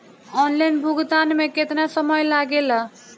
Online भुगतान में केतना समय लागेला?